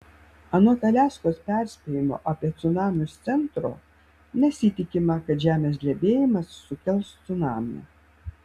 anot aliaskos perspėjimo apie cunamius centro nesitikima kad žemės drebėjimas sukels cunamį